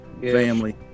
family